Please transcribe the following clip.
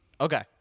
Okay